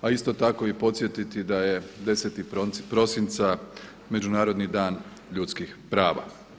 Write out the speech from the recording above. A isto tako i podsjetiti da je 10. prosinca Međunarodni dan ljudskih prava.